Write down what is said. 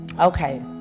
okay